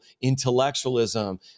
intellectualism